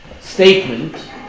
statement